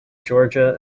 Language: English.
georgia